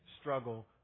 struggle